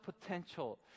potential